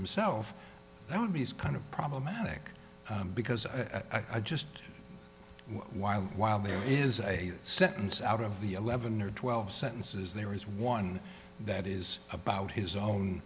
himself that would be as kind of problematic because i just while while there is a sentence out of the eleven or twelve sentences there is one that is about his own